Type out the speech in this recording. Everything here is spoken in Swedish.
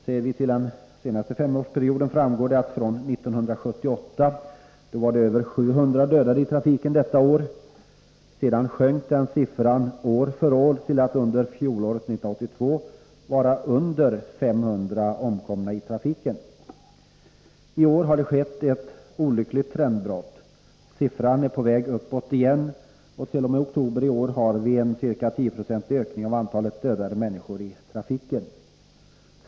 Ser vi till den senaste femårsperioden, finner vi att det 1978 var över 700 dödade i trafiken. Sedan sjönk siffran år från år, och under fjolåret, 1982, var det under 500 omkomna i trafiken. I år har det skett ett olyckligt trendbrott. Siffran är på väg uppåt igen, och t.o.m. oktober i år har vi en ca 10-procentig ökning av antalet dödade människor i trafiken.